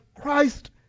Christ